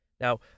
Now